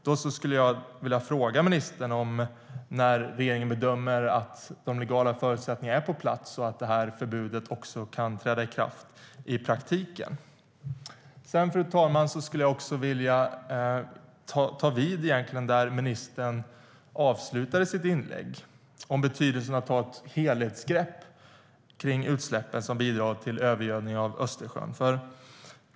Då vill jag fråga ministern när regeringen bedömer att de legala förutsättningarna är på plats och när förbudet kan träda i kraft i praktiken. Fru talman! Jag skulle också vilja ta vid där ministern avslutade sitt inlägg om betydelsen av att ta ett helhetsgrepp kring de utsläpp som bidrar till övergödning av Östersjön.